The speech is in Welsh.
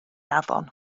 afon